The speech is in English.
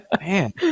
Man